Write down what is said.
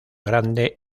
grande